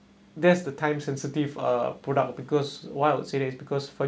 that's the time sensitive uh product because why I would say that is because for